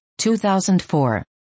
2004